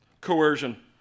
Coercion